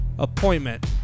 appointment